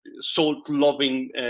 salt-loving